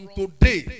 today